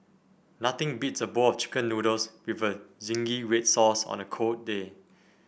nothing beats a bowl of chicken noodles with zingy red sauce on a cold day